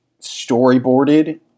storyboarded